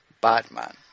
batman